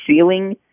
ceiling